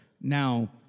now